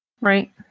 Right